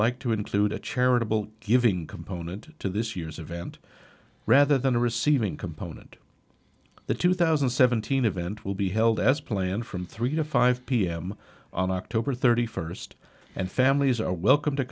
like to include a charitable giving component to this year's event rather than a receiving component the two thousand and seventeen event will be held as planned from three to five pm on october thirty first and families are welcome to